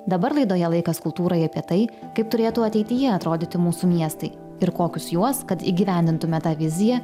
dabar laidoje laikas kultūrai apie tai kaip turėtų ateityje atrodytų mūsų miestai ir kokius juos kad įgyvendintume tą viziją